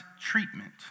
treatment